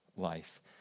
life